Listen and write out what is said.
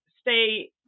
Stay